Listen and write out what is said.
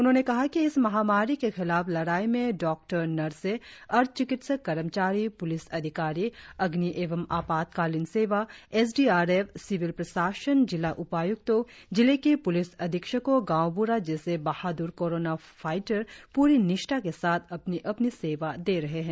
उन्होंने कहा कि इस महामारी के खिलाफ लड़ाई में डॉक्टर नर्से अर्धचिकित्सक कर्मचारी प्लिस अधिकारी अग्नि एवं आपातकालिन सेवा S D R F civil प्रशासन जिला उपाय्क्तों जिले के प्लिस अधीक्षकों गांव बूढ़ा जैसे बहाद्र कोरोना फाईटर पूरी निष्ठा के साथ अपनी अपनी सेवा दे रहे है